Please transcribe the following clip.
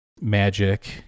magic